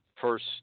first